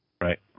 Right